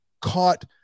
caught